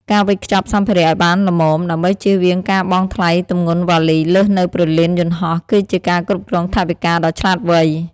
ការវេចខ្ចប់សម្ភារៈឱ្យបានល្មម ដើម្បីជៀសវាងការបង់ថ្លៃទម្ងន់វ៉ាលីលើសនៅព្រលានយន្តហោះ គឺជាការគ្រប់គ្រងថវិកាដ៏ឆ្លាតវៃ។